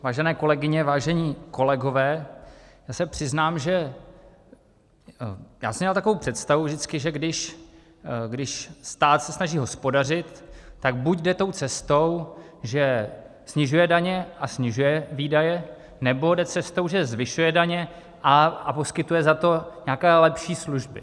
Vážené kolegyně, vážení kolegové, já se přiznám, já jsem měl takovou představu vždycky, když stát se snaží hospodařit, tak buď jde tou cestou, že snižuje daně a snižuje výdaje, nebo jde cestou, že zvyšuje daně a poskytuje za to nějaké lepší služby.